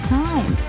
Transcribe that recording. time